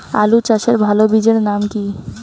আলু চাষের ভালো বীজের নাম কি?